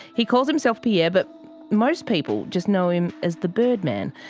he calls himself pierre, but most people just know him as the birdman.